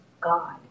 God